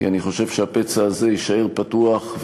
כי אני חושב שהפצע הזה יישאר פתוח,